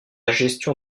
gestion